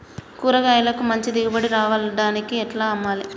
కూరగాయలకు మంచి దిగుబడి రావడానికి ఎట్ల అమ్మాలే?